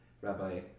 Rabbi